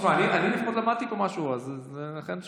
שמע, אני לפחות למדתי פה משהו, אז לכן שאלתי.